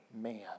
man